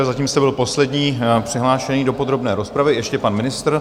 Zatím jste byl poslední přihlášený do podrobné rozpravy, ještě pan ministr.